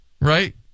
Right